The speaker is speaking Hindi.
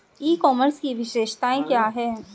ई कॉमर्स की विशेषताएं क्या हैं?